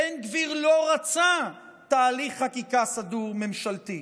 בן גביר לא רצה תהליך חקיקה סדור ממשלתי,